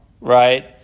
right